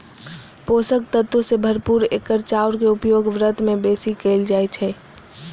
पोषक तत्व सं भरपूर एकर चाउर के उपयोग व्रत मे बेसी कैल जाइ छै